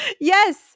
yes